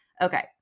Okay